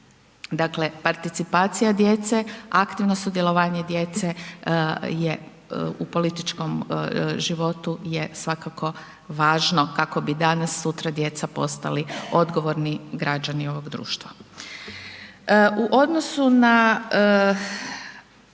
Dakle participacija djece, aktivno sudjelovanje djece je u političkom životu je svakako važno kako bi danas, sutra djeca postali odgovorni građani ovog društva. U odnosu na